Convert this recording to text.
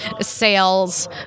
sales